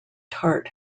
tart